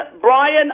Brian